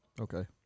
Okay